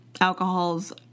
alcohols